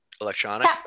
electronic